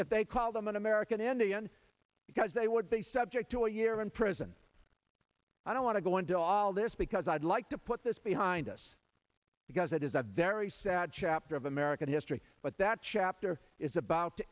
if they call them an american indian because they would be subject to a year in prison i don't want to go into all this because i'd like to put this behind us because it is a very sad chapter of american history but that chapter is about t